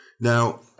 Now